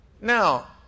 Now